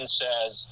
says